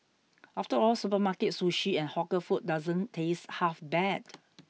after all supermarket Sushi and hawker food doesn't taste half bad